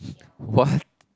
what